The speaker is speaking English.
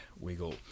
Wiggle